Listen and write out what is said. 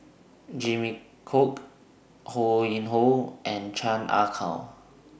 Jimmy Chok Ho Yuen Hoe and Chan Ah Kow